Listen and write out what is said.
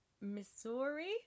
Missouri